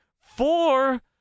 four